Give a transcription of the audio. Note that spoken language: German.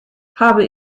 habe